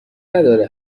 نداره